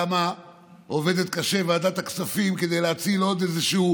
כמה קשה עובדת ועדת הכספים כדי להציל עוד איזשהו